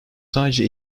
sadece